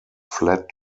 fled